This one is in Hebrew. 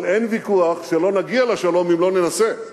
אבל אין ויכוח שלא נגיע לשלום אם לא ננסה.